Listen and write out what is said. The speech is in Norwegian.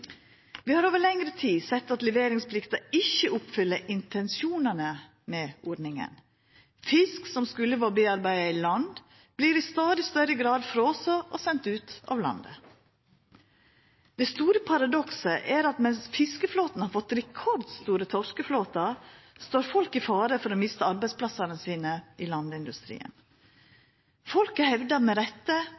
Vi har over lengre tid sett at leveringsplikta ikkje oppfyller intensjonane med ordninga. Fisk som skulle ha vore foredla i land, vert i stadig større grad frosen og sendt ut av landet. Det store paradokset er at mens fiskarflåten har fått rekordstore torskekvotar, står folk i fare for å mista arbeidsplassane sine i landindustrien. Folket hevdar med rette